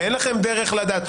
ואם אין לכם דרך לדעת.